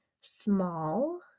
small